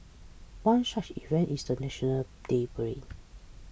one such event is the National Day parade